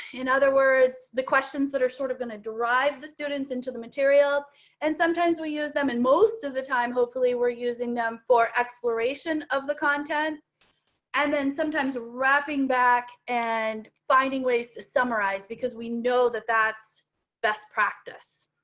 in other words, the questions that are sort of going to drive the students into the material. elizabeth vigue and sometimes we use them. and most of the time. hopefully we're using them for exploration of the content and then sometimes rapping back and finding ways to summarize, because we know that that's best practice.